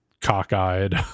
cockeyed